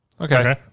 Okay